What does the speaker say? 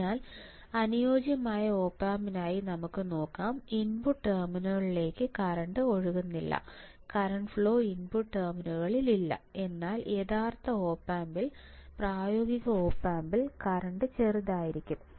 അതിനാൽ അനുയോജ്യമായ ഒപ് ആമ്പിനായി നമുക്ക് നോക്കാം ഇൻപുട്ട് ടെർമിനലുകളിലേക്ക് കറന്റ് ഒഴുകുന്നില്ല കറന്റ് ഫ്ലോ ഇൻപുട്ട് ടെർമിനലുകളില്ല എന്നാൽ യഥാർത്ഥ ഒപ് ആമ്പിൽ പ്രായോഗിക ഓപ് ആമ്പിൽ കറന്റ് ചെറുതായിരിക്കും